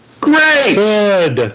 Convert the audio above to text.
Great